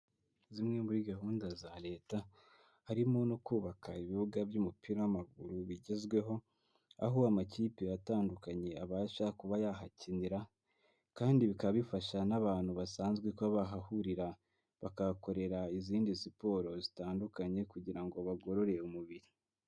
Zimwe muri gahunda za leta, harimo no kubaka ibibuga by'umupira w'amaguru bigezweho, aho amakipe atandukanye abasha kuba yahakinira kandi bikaba bifasha n'abantu basanzwe kuba bahahurira, bakahakorera izindi siporo zitandukanye kugira ngo bagorore umubiri.